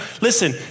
Listen